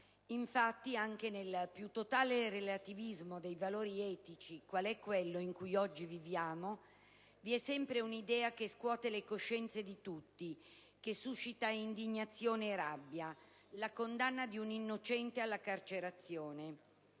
Infatti, anche nel più totale relativismo dei valori etici, quale quello in cui oggi viviamo, vi è sempre un'idea che scuote le coscienze di tutti, che suscita indignazione e rabbia: la condanna di un innocente alla carcerazione.